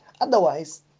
otherwise